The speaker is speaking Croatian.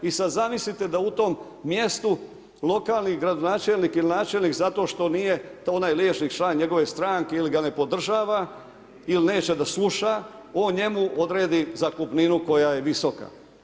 I sad zamislite da u tom mjestu lokalni gradonačelnik ili načelnik zato što nije to onaj liječnik član njegove stranke ili ga ne podržava ili neće da sluša, on njemu odredi zakupninu koja je visoka.